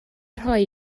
rhoi